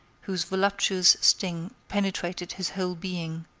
whose voluptuous sting penetrated his whole being-then